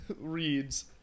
reads